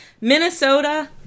Minnesota